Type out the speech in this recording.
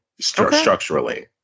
structurally